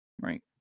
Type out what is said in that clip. right